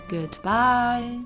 Goodbye